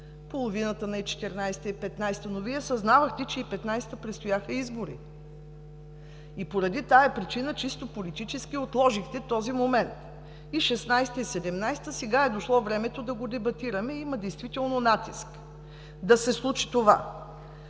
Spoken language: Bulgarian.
половината на 2014 г. и 2015 г., но Вие съзнавахте, че през 2015 г. предстояха избори и поради тази причина чисто политически отложихте този момент, и 2016 г., и 2017 г. – сега е дошло времето да го дебатираме, и има действително натиск да се случи това.